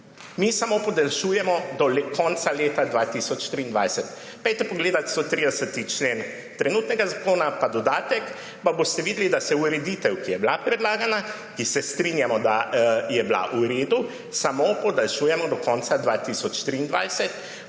Mi samo podaljšujejo do konca leta 2023. Pojdite pogledat 130. člen trenutnega zakona pa dodatek in boste videli, da se ureditev, ki je bila predlagana, se strinjamo, da je bila v redu, samo podaljšuje do konca 2023,